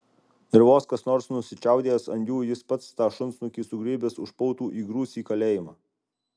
ir vos kas nors nusičiaudės ant jų jis pats tą šunsnukį sugriebęs už pautų įgrūs į kalėjimą